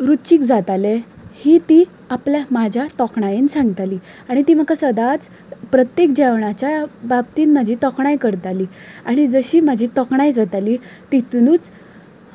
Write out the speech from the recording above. रुचीक जातालें ही ती आपल्या म्हज्या तोखणायेन सांगताली आनी ती म्हाका सदांच प्रत्येक जेवणाच्या बाबतीन म्हजी तोखणाय करताली आनी जशी म्हजी तोखणाय जाताली तेतूंनच